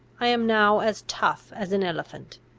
i am now as tough as an elephant.